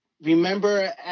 remember